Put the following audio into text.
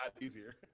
easier